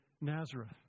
Nazareth